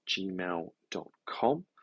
gmail.com